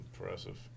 Impressive